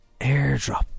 airdrop